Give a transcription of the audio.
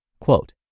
quote